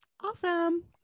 Awesome